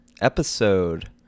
Episode